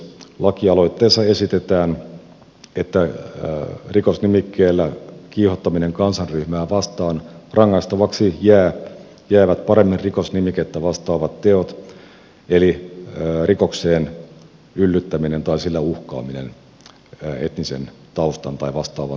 lakialoitteessa esitetään että rikosnimikkeellä kiihottaminen kansanryhmää vastaan rangaistavaksi jäävät paremmin rikosnimikettä vastaavat teot eli rikokseen yllyttäminen tai sillä uhkaaminen etnisen taustan tai vastaavan seikan perusteella